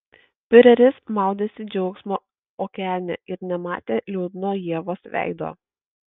fiureris maudėsi džiaugsmo okeane ir nematė liūdno ievos veido